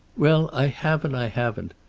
well, i have and i haven't.